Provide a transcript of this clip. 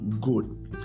good